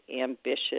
ambitious